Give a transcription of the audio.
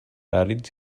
àrids